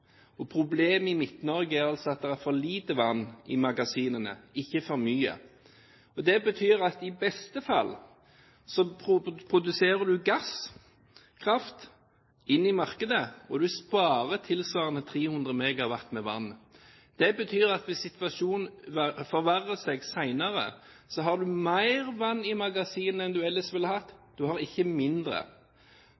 Og problemet i Midt-Norge er at det er for lite vann i magasinene, ikke for mye. Det betyr at i beste fall produserer du gasskraft inn i markedet, og du sparer tilsvarende 300 MW med vann. Det betyr at hvis situasjonen forverrer seg senere, har du mer vann i magasinene enn du ellers ville hatt.